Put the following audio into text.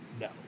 no